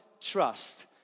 trust